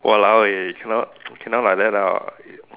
!walao! eh cannot cannot like that lah